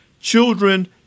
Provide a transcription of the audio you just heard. children